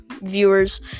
viewers